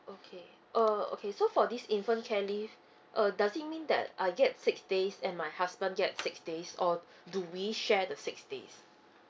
okay uh okay so for this infant care leave uh does it mean that I get six days and my husband get six days or do we share the six days